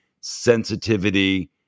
sensitivity